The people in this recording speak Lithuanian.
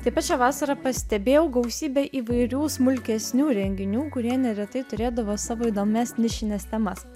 taip pat šią vasarą pastebėjau gausybę įvairių smulkesnių renginių kurie neretai turėdavo savo įdomias nišines temas